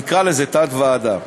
נקרא לזה, תת-ועדה.